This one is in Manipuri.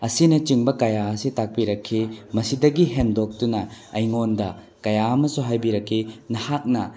ꯑꯁꯤꯅꯆꯤꯡꯕ ꯀꯌꯥ ꯑꯁꯤ ꯇꯥꯛꯄꯤꯔꯛꯈꯤ ꯃꯁꯤꯗꯒꯤ ꯍꯦꯟꯗꯣꯛꯇꯨꯅ ꯑꯩꯉꯣꯟꯗ ꯀꯌꯥ ꯑꯃꯁꯨ ꯍꯥꯏꯕꯤꯔꯛꯈꯤ ꯅꯍꯥꯛꯅ